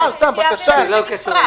זה לא קשור לזה.